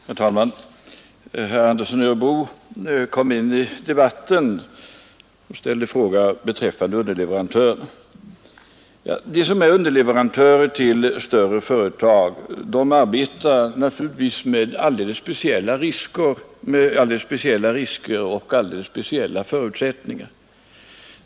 Herr talman! Herr Andersson i Örebro kom in i debatten och ställde en fråga beträffande underleverantörer. De som är underleverantörer till storföretag arbetar naturligtvis med alldeles speciella risker och alldeles speciella förutsättningar.